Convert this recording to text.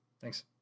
Thanks